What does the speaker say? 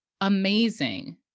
amazing